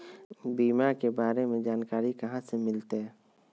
बीमा के बारे में जानकारी कहा से मिलते?